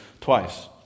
twice